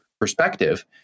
perspective